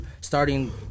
starting